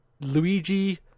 luigi